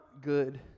good